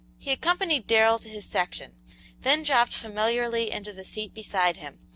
he accompanied darrell to his section then dropped familiarly into the seat beside him,